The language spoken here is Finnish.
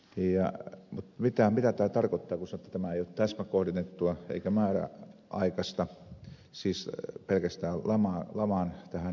mutta mitä tämä tarkoittaa kun sanotaan että tämä ei ole täsmäkohdennettua eikä määräaikaista siis pelkästään lamaan tähän matalasuhdanteeseen kohdistuvaa